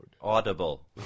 Audible